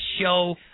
show